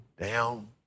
down